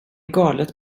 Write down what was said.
galet